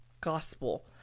gospel